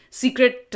secret